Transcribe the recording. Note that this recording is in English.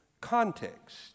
context